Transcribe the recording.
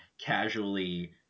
casually